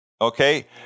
Okay